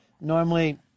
Normally